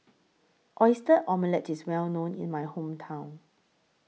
Oyster Omelette IS Well known in My Hometown